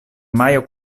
majo